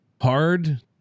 hard